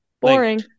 boring